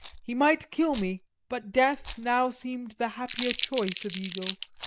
he might kill me, but death now seemed the happier choice of evils.